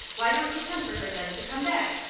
why don't he send for her, then, to come back?